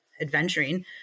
adventuring